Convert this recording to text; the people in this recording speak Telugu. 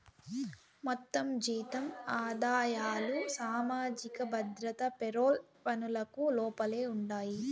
మొత్తం జీతం ఆదాయాలు సామాజిక భద్రత పెరోల్ పనులకు లోపలే ఉండాయి